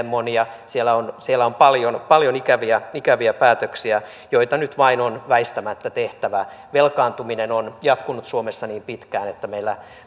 monia siellä on siellä on paljon paljon ikäviä ikäviä päätöksiä joita nyt vain on väistämättä tehtävä velkaantuminen on jatkunut suomessa niin pitkään että meillä